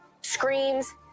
screams